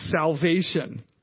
salvation